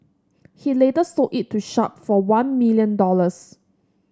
he later sold it to Sharp for one million dollars